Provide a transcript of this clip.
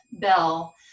Bell